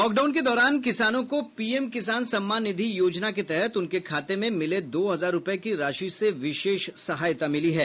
lockdown के दौरान किसानों को पीएम किसान सम्मान निधि योजना के तहत उनके खाते में मिले दो हजार रुपये की राशि से विशेष सहायता मिली है